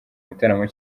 bitaramo